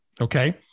Okay